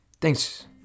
thanks